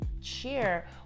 share